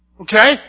Okay